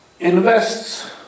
invests